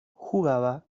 jugaba